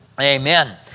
Amen